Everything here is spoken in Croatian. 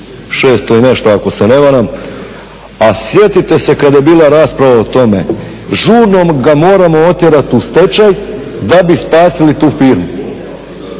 600 i nešto ako se ne varam, a sjetite se kada je bila rasprava o tome. Žurno ga moramo otjerat u stečaj da bi spasili tu firmu.